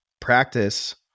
practice